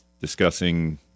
discussing